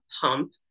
pump